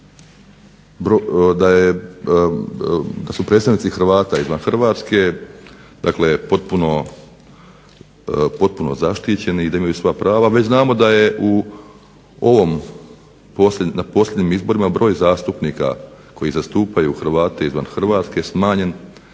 da su predstavnici Hrvata izvan Hrvatske, dakle potpuno zaštićeni i da imaju svoja prava. Već znamo da je na posljednjim izborima broj zastupnika koji zastupaju Hrvate izvan Hrvatske smanjen